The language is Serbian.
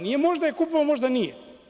Nije možda je kupovao, možda nije.